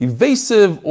Evasive